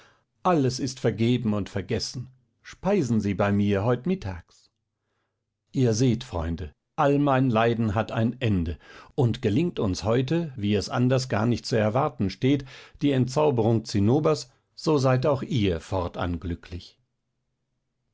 alles ist vergeben und vergessen speisen sie bei mir heut mittags ihr seht freunde all mein leiden hat ein ende und gelingt uns heute wie es anders gar nicht zu erwarten steht die entzauberung zinnobers so seid auch ihr fortan glücklich